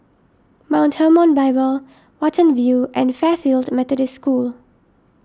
Mount Hermon Bible Watten View and Fairfield Methodist School